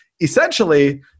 essentially